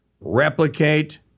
replicate